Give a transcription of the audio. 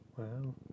Wow